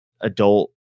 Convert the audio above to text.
adult